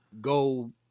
go